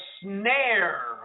snare